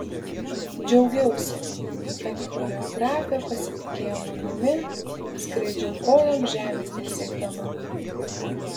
džiaugiausi kad choreografė pasitikėjo manimi skraidžiau kojom žemės nesiekdama